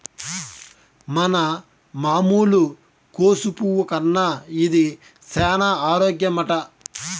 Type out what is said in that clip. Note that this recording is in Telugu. మన మామూలు కోసు పువ్వు కన్నా ఇది సేన ఆరోగ్యమట